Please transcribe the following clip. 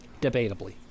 Debatably